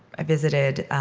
i visited